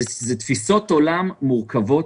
זו תפיסות עולם מורכבות.